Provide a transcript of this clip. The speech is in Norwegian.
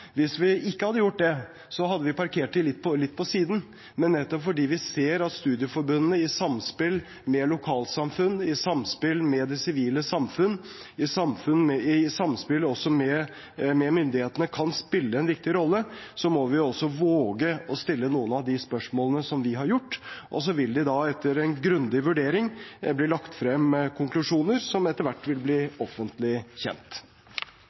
Hvis vi ikke hadde gjort det, hadde vi parkert dem litt på siden, men nettopp fordi vi ser at studieforbundene i samspill med lokalsamfunn, i samspill med det sivile samfunn og i samspill også med myndighetene kan spille en viktig rolle, må vi våge å stille noen av de spørsmålene som vi har gjort. Så vil det da etter en grundig vurdering bli lagt frem konklusjoner som etter hvert vil bli offentlig kjent.